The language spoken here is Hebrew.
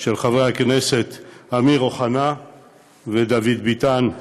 של חברי הכנסת אמיר אוחנה ודוד ביטן,